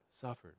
suffered